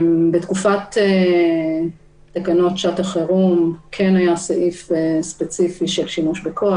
בתקופת תקנות שעת החירום כן היה סעיף ספציפי של שימוש בכוח.